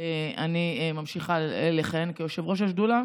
אני ממשיכה לכהן כיושבת-ראש השדולה,